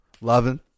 loving